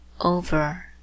over